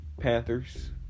Panthers